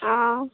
অঁ